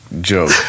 joke